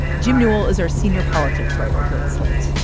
jim newell is our senior politics writer here at slate.